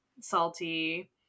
salty